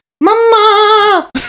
mama